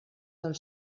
del